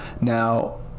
Now